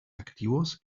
activos